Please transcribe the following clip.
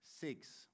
six